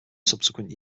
subsequent